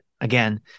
again